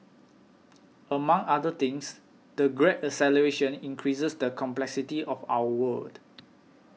among other things the Great Acceleration increases the complexity of our world